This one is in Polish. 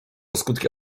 skutki